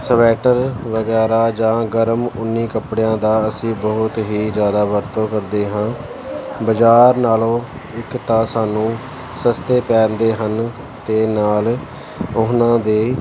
sweater ਵਗੈਰਾ ਜਾਂ ਗਰਮ ਉੱਨੀ ਕੱਪੜਿਆਂ ਦਾ ਅਸੀਂ ਬਹੁਤ ਹੀ ਜ਼ਿਆਦਾ ਵਰਤੋਂ ਕਰਦੇ ਹਾਂ ਬਜ਼ਾਰ ਨਾਲੋਂ ਇੱਕ ਤਾਂ ਸਾਨੂੰ ਸਸਤੇ ਪੈਂਦੇ ਹਨ ਅਤੇ ਨਾਲ ਉਹਨਾਂ ਦੇ